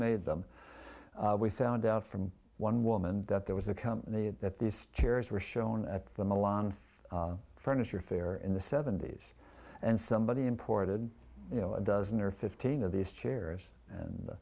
made them we found out from one woman that there was a company that these chairs were shown at the milan furniture fair in the seventy's and somebody imported you know a dozen or fifteen of these chairs and